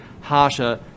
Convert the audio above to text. harsher